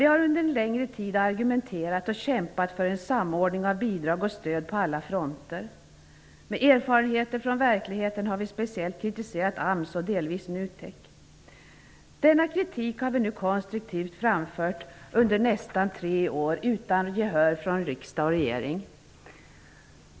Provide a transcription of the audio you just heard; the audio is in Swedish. Vi har under en längre tid argumenterat och kämpat för en samordning av bidrag och stöd på alla fronter. Med erfarenheter från verkligheten har vi speciellt kritiserat AMS och delvis NUTEK. Denna kritik har vi nu konstruktivt framfört under nästan tre år utan gehör från riksdag och regering.